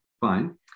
fine